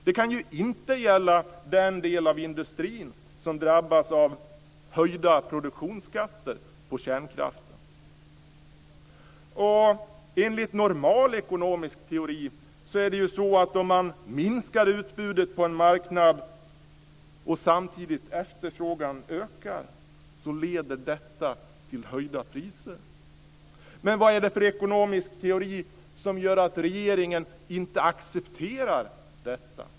Det kan inte gälla den del av industrin som drabbas av höjda produktionsskatter på kärnkraften. Normal ekonomisk teori säger att om man minskar utbudet på en marknad och efterfrågan samtidigt ökar leder detta till höjda priser. Men vad är det för ekonomisk teori som gör att regeringen inte accepterar detta?